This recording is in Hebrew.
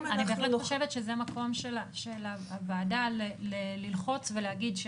אני בהחלט חושבת שזה מקום של הוועדה ללחוץ ולהגיד,